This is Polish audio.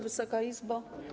Wysoka Izbo!